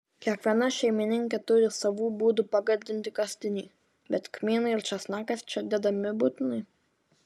kiekviena šeimininkė turi savų būdų pagardinti kastinį bet kmynai ir česnakas čia dedami būtinai